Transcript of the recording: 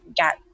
got